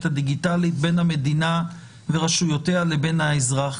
הדיגיטלית בין המדינה לרשויותיה לבין האזרח.